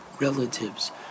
relatives